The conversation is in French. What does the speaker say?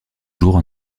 jours